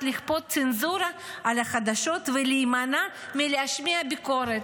לכפות צנזורה על החדשות ולהימנע מלהשמיע ביקורת.